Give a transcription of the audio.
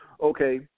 okay